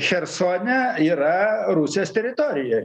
chersone yra rusijos teritorijoj